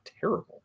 terrible